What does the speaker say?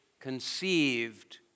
conceived